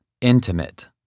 intimate